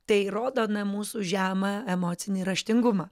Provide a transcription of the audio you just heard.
tai rodo na mūsų žemą emocinį raštingumą